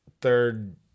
third